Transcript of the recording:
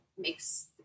makes